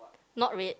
not red